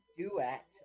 Duet